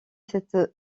cette